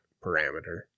parameter